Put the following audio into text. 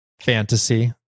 fantasy